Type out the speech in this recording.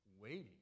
waiting